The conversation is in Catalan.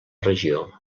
regió